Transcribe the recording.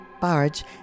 barge